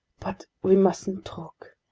but we mustn't talk.